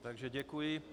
Takže děkuji.